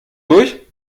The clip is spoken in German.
durch